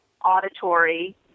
auditory